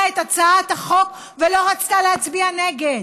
את הצעת החוק ולא רצתה להצביע נגד.